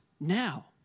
now